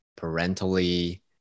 parentally